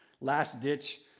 last-ditch